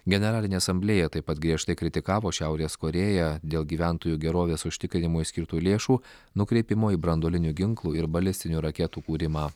generalinė asamblėja taip pat griežtai kritikavo šiaurės korėją dėl gyventojų gerovės užtikrinimui skirtų lėšų nukreipimo į branduolinių ginklų ir balistinių raketų kūrimą